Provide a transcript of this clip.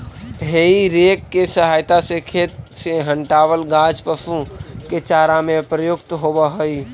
हेइ rake के सहायता से खेत से हँटावल गाछ पशु के चारा में प्रयुक्त होवऽ हई